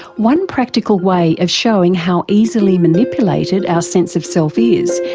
one practical way of showing how easily manipulated our sense of self is,